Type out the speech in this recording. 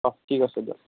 অঁ ঠিক আছে দিয়ক